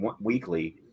weekly